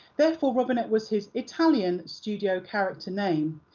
therefore, robinet was his italian studio character name.